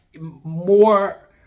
more